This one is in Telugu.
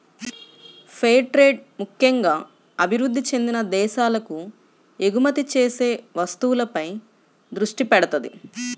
ఫెయిర్ ట్రేడ్ ముక్కెంగా అభివృద్ధి చెందిన దేశాలకు ఎగుమతి చేసే వస్తువులపై దృష్టి పెడతది